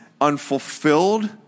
unfulfilled